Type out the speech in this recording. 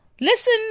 Listen